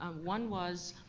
ah one was,